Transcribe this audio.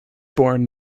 born